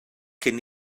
cyn